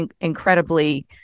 incredibly